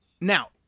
Now